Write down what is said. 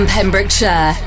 Pembrokeshire